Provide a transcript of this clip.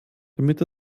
damit